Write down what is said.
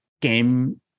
game